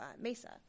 Mesa